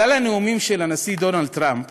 כלל הנאומים של הנשיא דונלד טראמפ